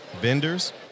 vendors